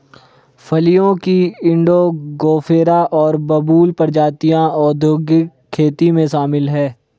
फलियों की इंडिगोफेरा और बबूल प्रजातियां औद्योगिक खेती में शामिल हैं